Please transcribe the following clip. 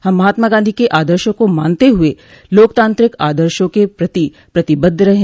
हम महात्मा गांधी के आदर्शों को मानते हुए लोकतांत्रिक आदर्शों के प्रति प्रतिबद्ध रहे ह